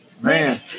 Man